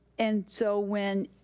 and so when,